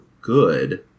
good